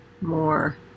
more